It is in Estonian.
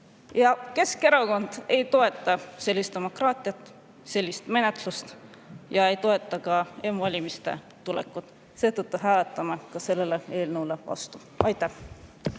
Keskerakond ei toeta sellist demokraatiat, sellist menetlust, ega toeta ka m-valimiste tulekut. Seetõttu me hääletame selle eelnõu vastu. Aitäh!